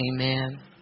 Amen